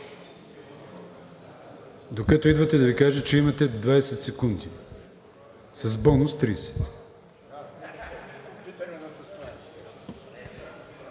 Докато идвате, да Ви кажа, че имате 20 секунди, с бонус – 30.